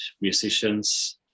musicians